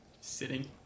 Sitting